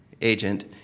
agent